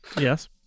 yes